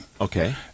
Okay